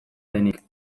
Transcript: denik